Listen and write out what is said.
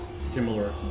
similar